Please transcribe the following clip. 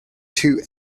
two